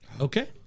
Okay